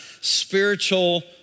spiritual